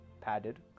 padded